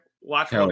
watch